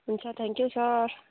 हुन्छ thank you sir